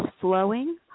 flowing